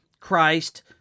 Christ